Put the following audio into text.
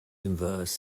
inverse